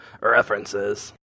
references